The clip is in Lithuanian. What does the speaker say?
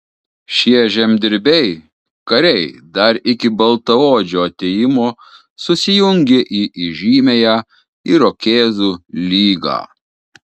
šie žemdirbiai kariai dar iki baltaodžių atėjimo susijungė į įžymiąją irokėzų lygą